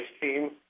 team